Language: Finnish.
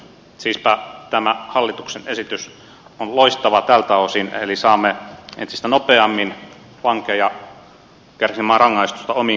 siispä tämä hallituksen esitys on loistava tältä osin eli saamme entistä nopeammin vankeja kärsimään rangaistusta omiin kotimaihinsa